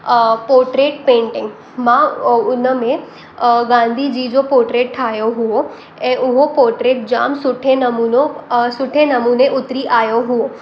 portrait painting मांहि उनमें गांधीजी जो पोट्रेट ठायो हुओ ऐं उहो पोट्रेट जाम सुठे नमूनो सुठे नमूने उतिरी आहियो हुओ